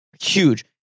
Huge